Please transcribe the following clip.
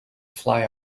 fly